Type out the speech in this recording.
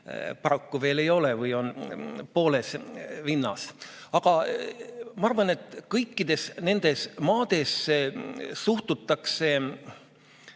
paraku veel ei ole või mis on pooles vinnas. Aga ma arvan, et kõikides nendes maades suhtutakse